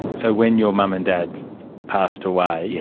but so when your mum and dad passed away, yeah